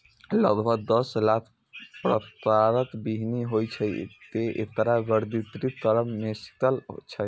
लगभग दस लाख प्रकारक बीहनि होइ छै, तें एकरा वर्गीकृत करब मोश्किल छै